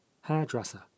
hairdresser